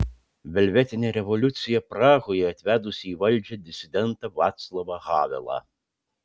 velvetinė revoliucija prahoje atvedusi į valdžią disidentą vaclavą havelą